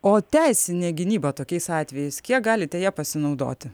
o teisinė gynyba tokiais atvejais kiek galite ja pasinaudoti